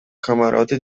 camarote